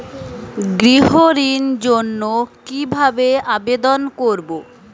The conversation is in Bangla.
গৃহ ঋণ জন্য কি ভাবে আবেদন করব?